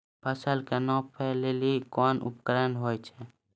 फसल कऽ नापै लेली कोन उपकरण होय छै?